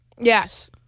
Yes